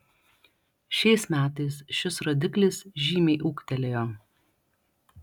šiais metais šis rodiklis žymiai ūgtelėjo